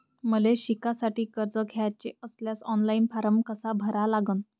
मले शिकासाठी कर्ज घ्याचे असल्यास ऑनलाईन फारम कसा भरा लागन?